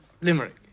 Limerick